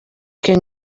can